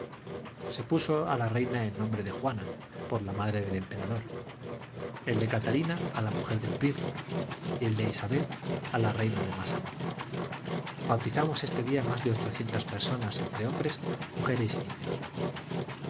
se puso a la reina el nombre de juana por la madre del emperador el de catalina a la mujer del príncipe y el de isabel a la reina de massana bautizamos este día más de ochocientas personas entre hombres mujeres y niños